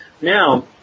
now